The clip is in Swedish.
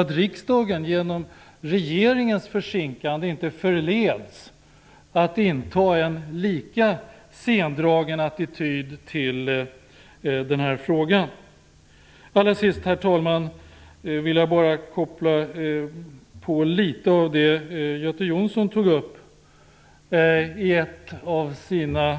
Riksdagen skall inte genom regeringens försinkande förledas att inta en lika senfärdig attityd till den här frågan. Herr talman! Jag vill allra sist återkoppla litet grand till det som Göte Jonsson tog upp i en av sina